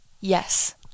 Yes